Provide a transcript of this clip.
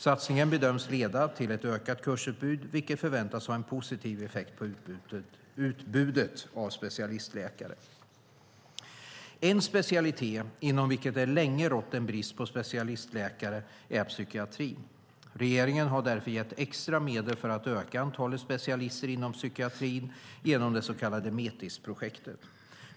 Satsningen bedöms leda till ett ökat kursutbud, vilket förväntas ha en positiv effekt på utbudet av specialistläkare. En specialitet inom vilken det länge rått en brist på specialistläkare är psykiatrin. Regeringen har därför gett extra medel för att öka antalet specialister inom psykiatrin genom det så kallade Metisprojektet.